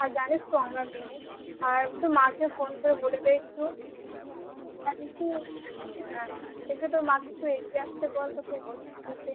আর জানিস তো আমরা মেয়ে আর তোর মাকে ফোন করে বলে দে একটু হ্যাঁ শেষে তোর মাকে একটু এগিয়ে আসতে বল তো ট্রেন থেকে